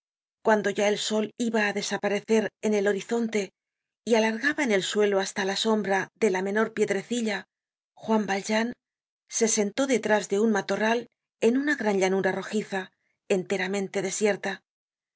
cuando ya el sol iba á desaparecer en el horizonte y alargaba en el suelo hasta la sombra de la menor piedrecilla juan valjean se sentó detrás de un matorral en una gran llanura rojiza enteramente desierta en